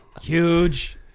Huge